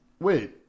Wait